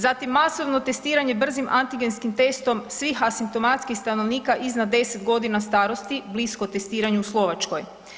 Zatim masovno testiranje brzim antigenskim testom svih asimptomatskih stanovnika iznad 10 godina starosti, blisko testiranje u Slovačkoj.